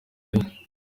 ari